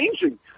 changing